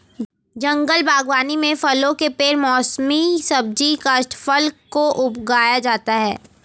जंगल बागवानी में फलों के पेड़ मौसमी सब्जी काष्ठफल को उगाया जाता है